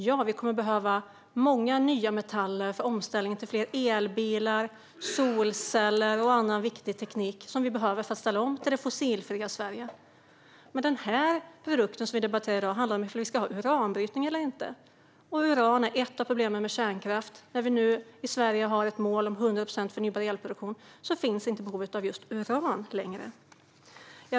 Ja, vi kommer att behöva många nya metaller för omställningen till fler elbilar, solceller och annan viktig teknik som vi behöver för att ställa om till det fossilfria Sverige. Men den produkt som vi debatterar i dag handlar om huruvida vi ska ha uranbrytning eller inte. Uran är ett av problemen med kärnkraft. När vi nu i Sverige har ett mål om 100 procent förnybar elproduktion finns inte längre behovet av just uran.